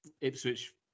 Ipswich